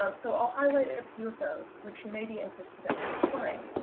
um so i'll highlight a few of those, which you may be interested in exploring.